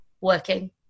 working